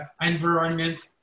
environment